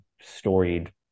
storied